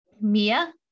Mia